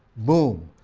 boom,